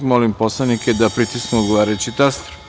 Molim poslanike da pritisnu odgovarajući taster.